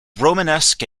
romanesque